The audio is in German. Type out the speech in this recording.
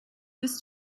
bist